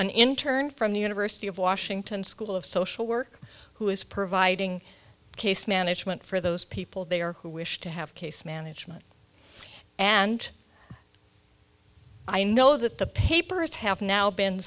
an intern from the university of washington school of social work who is providing case management for those people they are who wish to have case management and i know that the papers have now been